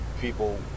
people